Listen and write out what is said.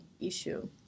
issue